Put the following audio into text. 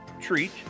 treat